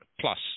plus